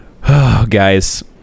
Guys